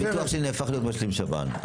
הביטוח שלי נהפך להיות משלים שב"ן.